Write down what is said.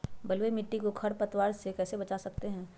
बलुई मिट्टी को खर पतवार से कैसे बच्चा सकते हैँ?